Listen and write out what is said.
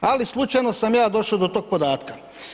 Ali, slučajno sam ja došao do tog podatka.